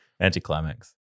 anticlimax